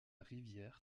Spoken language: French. rivière